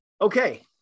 Okay